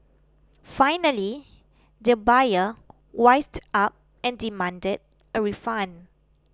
finally the buyer wised up and demanded a refund